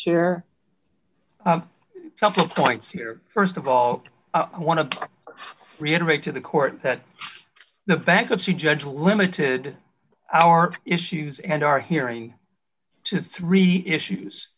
there couple of points here st of all i want to reiterate to the court that the bankruptcy judge limited our issues and our hearing to three issues